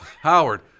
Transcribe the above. Howard